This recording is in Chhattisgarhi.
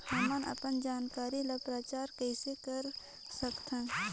हमन अपन जानकारी ल प्रचार कइसे कर सकथन?